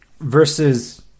versus